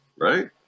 right